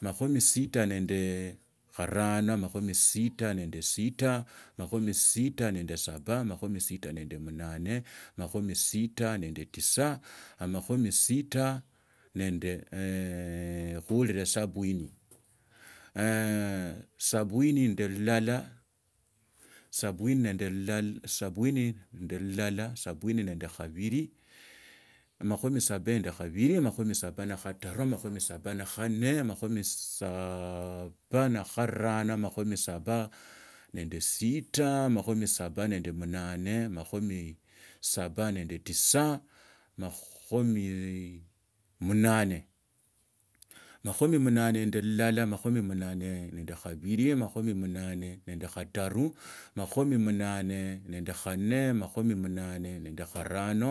amakhumi sita nende karano amakhumi sita nende sita amakhumi sita nende saba amakhumi sita nende munane amakhumi sita tisa khuurire sabini sabini nende ilala amakhumi sabini nende khabili amakhumi sabini nende katalu amakhumi saba nende kanne amakhumi saba nende karano amakhumi saba nende sita amakhumi amakhumi saba nende saba amakhumi saba nende munane amakhumi saba nende tisa amakhumi munane makhumi munane nende lala makhumi mnane nende khabili makhumi munane nendekhataru makhumi munane nende khanne makhumi munane nende kharano.